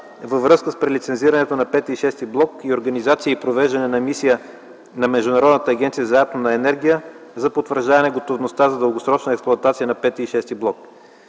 във връзка с прелицензирането на V и VІ блок и организация и провеждане на мисия на Международната агенция за атомна енергия за потвърждаване готовността за дългосрочна експлоатация на V и VІ блок.